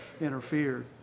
interfered